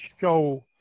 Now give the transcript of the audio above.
show